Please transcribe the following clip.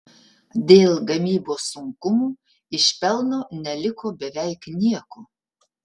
dėl gamybos sunkumų iš pelno neliko beveik nieko